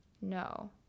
No